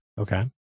Okay